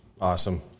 Awesome